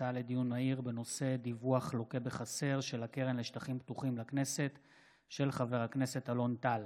דיון מהיר בהצעתו של חבר הכנסת אלון טל